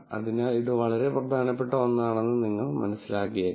അതിനാൽ ഇത് വളരെ പ്രധാനപ്പെട്ട ഒന്നാണെന്ന് നിങ്ങൾ മനസ്സിലാക്കിയേക്കാം